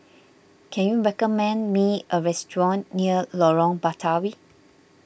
can you recommend me a restaurant near Lorong Batawi